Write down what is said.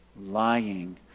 lying